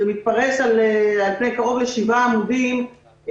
שמתפרש על פני קרוב לשבעה עמודים,